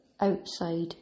outside